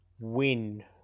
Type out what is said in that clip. win